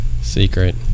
secret